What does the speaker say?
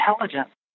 intelligence